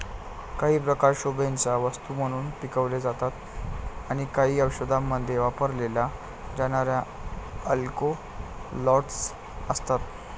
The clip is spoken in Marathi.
काही प्रकार शोभेच्या वस्तू म्हणून पिकवले जातात आणि काही औषधांमध्ये वापरल्या जाणाऱ्या अल्कलॉइड्स असतात